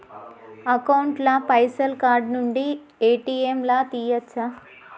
Account ల పైసల్ card నుండి ఏ.టి.ఎమ్ లా తియ్యచ్చా?